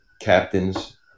captains